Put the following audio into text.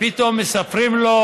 פתאום מספרים לו: